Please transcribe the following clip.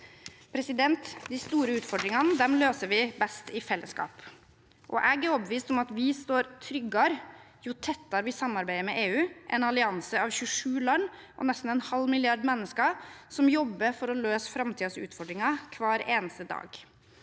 faktisk EU. De store utfordringene løser vi best i fellesskap. Jeg er overbevist om at vi står tryggere jo tettere vi samarbeider med EU, en allianse av 27 land og nesten en halv milliard mennesker som jobber for å løse framtidens utfordringer hver eneste dag.